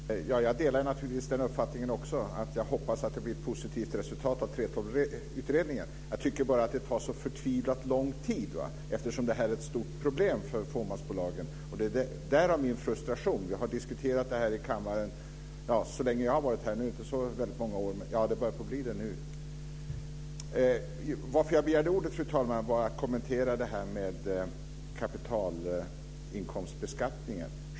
Fru talman! Jag delar naturligtvis också den uppfattningen. Jag hoppas att det blir ett positivt resultat av 3:12-utredningen. Jag tycker bara att det tar så förtvivlat lång tid, eftersom det här är ett stort problem för fåmansbolagen, därav min frustration. Vi har diskuterat detta i kammaren så länge jag har varit här. Varför jag begärde ordet var för att jag ville kommentera detta med kapitalinkomstbeskattningen.